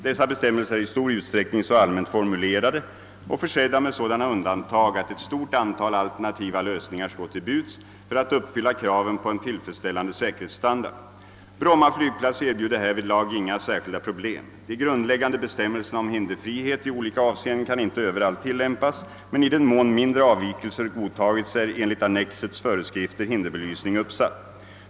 Dessa bestämmelser är i stor utsträckning så allmänt formulerade och försedda med sådana undantag, att ett stort antal alternativa lösningar står till buds för att uppfylla kraven på en tillfredsställande säkerhetsstandard. Bromma flygplats erbjuder härvidlag inga särskilda problem. De grundläggande bestämmelserna om hinderfrihet i olika avseenden kan inte överallt tilllämpas men i den mån mindre avvikelser godtagits är enligt annexets föreskrifter hinderbelysning uppsatt.